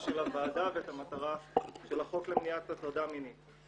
של הוועדה ואת המטרה של החוק למניעת הטרדה מינית.